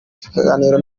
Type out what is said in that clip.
kiganiro